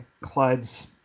Clyde's